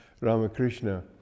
Ramakrishna